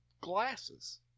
glasses